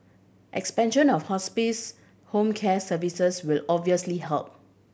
expansion of hospice home care services will obviously help